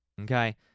Okay